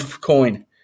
coin